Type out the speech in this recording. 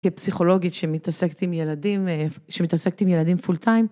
כפסיכולוגית שמתעסקת עם ילדים, שמתעסקת עם ילדים פול טיים.